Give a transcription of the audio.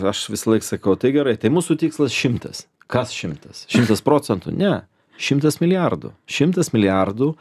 aš visąlaik sakau tai gerai tai mūsų tikslas šimtas kas šimtas šimtas procentų ne šimtas milijardų šimtas milijardų